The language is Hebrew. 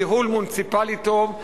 ניהול מוניציפלי טוב,